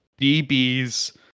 DBs